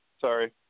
Sorry